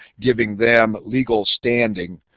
giving them legal standing